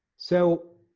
so,